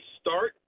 start